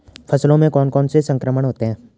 फसलों में कौन कौन से संक्रमण होते हैं?